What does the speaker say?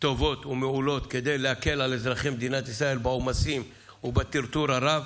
טובות ומעולות כדי להקל על אזרחי מדינת ישראל בעומסים ובטרטור הרב.